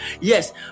Yes